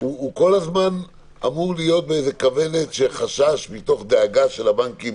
הוא כל הזמן אמור להיות על הכוונת וחשש מתוך דאגה של הבנקים